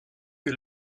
que